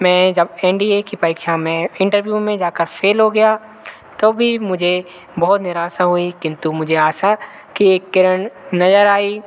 मैं जब N D A की परीक्षा में इंटरव्यू में जाकर फ़ेल हो गया तो भी मुझे बहुत निराशा हुई किन्तु मुझे आशा की एक किरण नजर आई